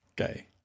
Okay